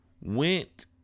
went